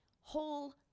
whole